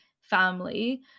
family